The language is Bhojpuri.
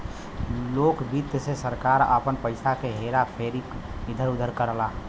लोक वित्त से सरकार आपन पइसा क हेरा फेरी इधर उधर करला